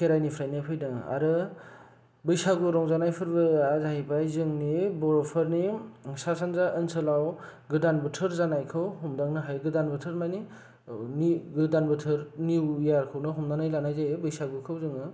खेराइनिफ्रायनो फैदों आरो बैसागु रंजानाय फोरबोआ जाहैबाय जोंनि बर'फोरनि सा सानजा ओनसोलाव गोदान बोथोर जानायखौ हमदांनो हायो गोदान बोथोर माने गोदान बोथोर निउ इयारखौनो लानाय जायो बैसागोखौ जोङो